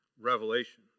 revelation